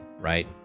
right